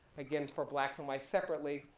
again for blacks and whites separately,